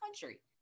country